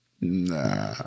Nah